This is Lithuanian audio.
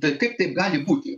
bet kaip taip gali būti